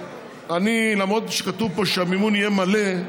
למרות שכתוב פה שהמימון יהיה מלא,